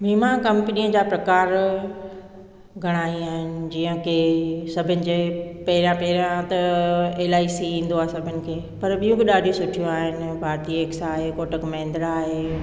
वीमा कंपनीअ जा प्रकार घणा ई आहिनि जीअं की सभिनि जे पहिरियां पहिरियां त एल आई सी ईंदो आहे सभिनि खे पर बियूं बि ॾाढियूं सुठी आहिनि भारतीय एक्स आहे कोटक महिंद्रा आहे